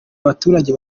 abaturage